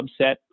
subset